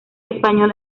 español